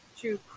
true